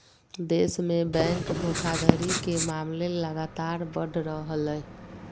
देश में बैंक धोखाधड़ी के मामले लगातार बढ़ रहलय